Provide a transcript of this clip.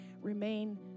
remain